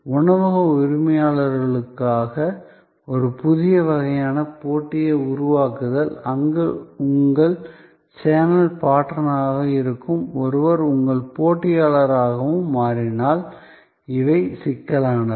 உணவக உரிமையாளர்களுக்காக ஒரு புதிய வகையான போட்டியை உருவாக்குதல் அங்கு உங்கள் சேனல் பார்ட்னராக இருக்கும் ஒருவர் உங்கள் போட்டியாளராகவும் மாறினால் இவை சிக்கலானவை